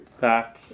back